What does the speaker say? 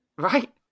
Right